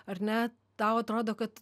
ar ne tau atrodo kad